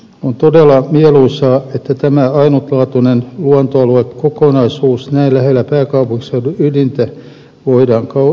on todella mieluisaa että tämä ainutlaatuinen luontoaluekokonaisuus näin lähellä pääkaupunkiseudun ydintä voidaan kansallispuistona suojella